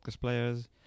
players